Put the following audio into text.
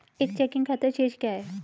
एक चेकिंग खाता शेष क्या है?